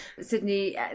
Sydney